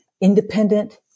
independent